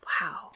Wow